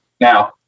Now